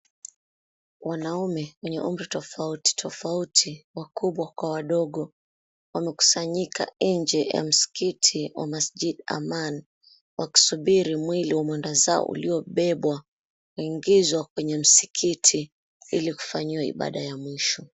Wanaume wenye umri tofauti tofauti wakubwa kwa wadogo wamekusanyika nje ya msikiti wa Masjid Aman wakisubiri mwili wa wendazao uliobebwa kuingizwa kwa msikiti ili kufanyiwa ibada ya mwisho.